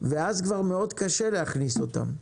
ואז כבר מאוד קשה להכניס אותם.